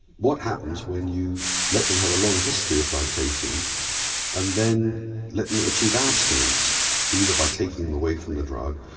what happens when you let them have a long history of drug taking and then let them achieve abstinence either by taking them away from the drug,